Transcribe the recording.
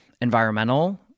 environmental